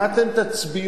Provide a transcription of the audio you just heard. מה אתם תצביעו?